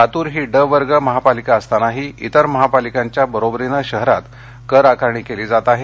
लातूर ही ड वर्ग महापालिका असतानाही इतर महापालिकांच्या बरोबरीने शहरात कर आकारणी केली जात आहे